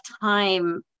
time